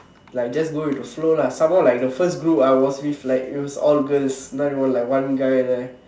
like just go with the flow lah some more like the first group I was with like it was all girls not even like one guy there